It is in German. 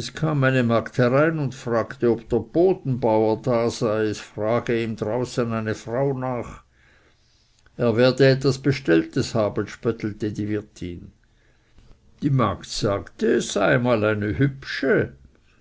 es kam eine magd herein und fragte ob der bodenbauer da sei es frage ihm draußen eine frau nach er werde etwas bestelltes haben spöttelte die wirtin die magd sagte es sei einmal eine hübsche